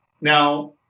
Now